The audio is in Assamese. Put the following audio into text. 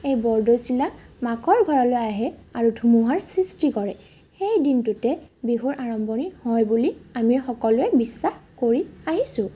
এই বৰদৈচিলা মাকৰ ঘৰলৈ আহে আৰু ধুমুহাৰ সৃষ্টি কৰে সেই দিনটোতে বিহুৰ আৰম্ভণি হয় বুলি আমি সকলোৱে বিশ্বাস কৰি আহিছোঁ